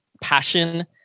passion